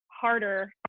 harder